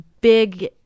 big